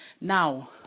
Now